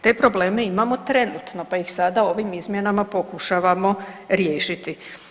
Te probleme imamo trenutno pa ih sada ovim izmjenama pokušavamo riješiti.